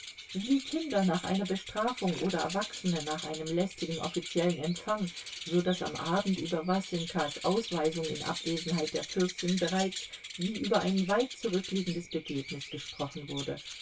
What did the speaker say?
wie kinder nach einer bestrafung oder erwachsene nach einem lästigen offiziellen empfang so daß am abend über wasenkas ausweisung in abwesenheit der fürstin bereits wie über ein weit zurückliegendes begebnis gesprochen wurde